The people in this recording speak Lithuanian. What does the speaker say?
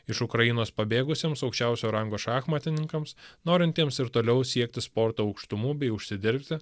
iš ukrainos pabėgusiems aukščiausio rango šachmatininkams norintiems ir toliau siekti sporto aukštumų bei užsidirbti